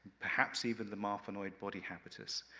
perhaps even the marfanoid body habitus,